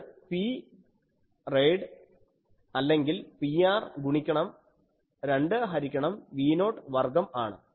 അത് Prad അല്ലെങ്കിൽ Pr ഗുണിക്കണം 2 ഹരിക്കണം V0 വർഗ്ഗം ആണ്